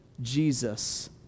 Jesus